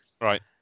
Right